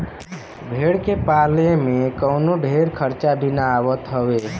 भेड़ के पाले में कवनो ढेर खर्चा भी ना आवत हवे